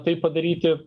tai padaryti